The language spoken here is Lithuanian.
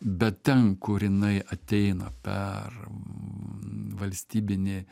bet ten kur jinai ateina per valstybinį